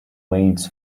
wales